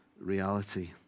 reality